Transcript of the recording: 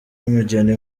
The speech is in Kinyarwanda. umugeni